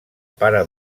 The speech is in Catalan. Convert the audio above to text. pare